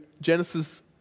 Genesis